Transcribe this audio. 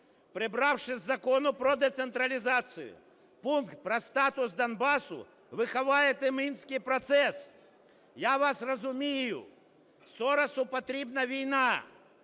Прибравши із Закону про децентралізацію пункт про статус Донбасу, ви ховаєте Мінський процес. Я вас розумію: Соросу потрібна війна